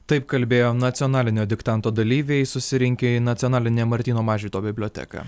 taip kalbėjo nacionalinio diktanto dalyviai susirinkę į nacionalinę martyno mažvydo biblioteką